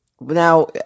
Now